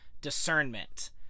discernment